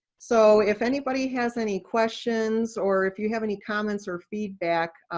so if anybody has any questions, or if you have any comments or feedback,